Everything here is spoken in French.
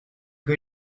que